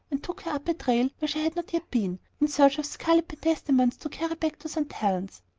and took her up a trail where she had not yet been, in search of scarlet pentstemons to carry back to st. helen's.